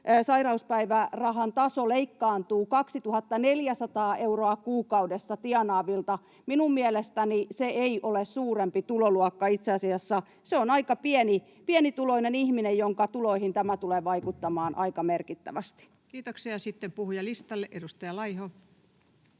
sairauspäivärahan taso leikkaantuu jo 2 400 euroa kuukaudessa tienaavilta, minun mielestäni se ei ole suurempi tuloluokka. Itse asiassa se on aika pienituloinen ihminen, jonka tuloihin tämä tulee vaikuttamaan aika merkittävästi. Kiitoksia. — Sitten puhujalistalle, edustaja Laiho.